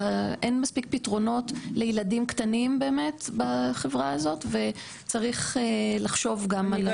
אין מספיק פתרונות לילדים קטנים באמת בחברה הזאת וצריך לחשוב גם על זה.